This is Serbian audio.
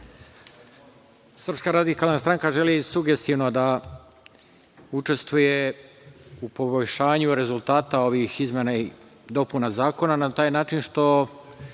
Srpska radikalna stranka želi sugestivno da učestvuje u poboljšanju rezultata ovih izmena i dopuna Zakona na taj način što